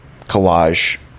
collage